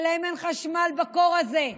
שלהם אין חשמל בקור הזה,